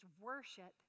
worship